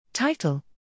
Title